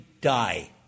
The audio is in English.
die